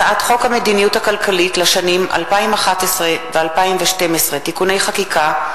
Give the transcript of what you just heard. הצעת חוק המדיניות הכלכלית לשנים 2011 ו-2012 (תיקוני חקיקה),